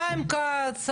חיים כץ,